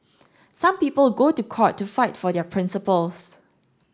some people go to court to fight for their principles